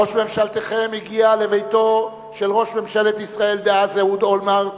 ראש ממשלתכם הגיע לביתו של ראש ממשלת ישראל דאז אהוד אולמרט,